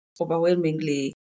overwhelmingly